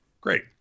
Great